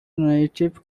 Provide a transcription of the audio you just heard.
native